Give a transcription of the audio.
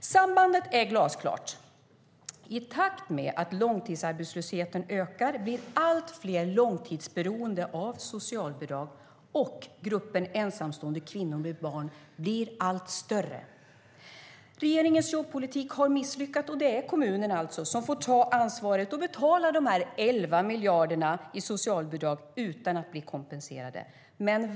Sambandet är glasklart. I takt med att långtidsarbetslösheten ökar blir allt fler långtidsberoende av socialbidrag, och gruppen ensamstående kvinnor med barn blir allt större. Regeringens jobbpolitik har misslyckats, och det är kommunerna som får ta ansvaret och betala de 11 miljarderna i socialbidrag utan att bli kompenserade.